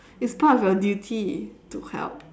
it's part of your duty to help